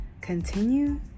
Continue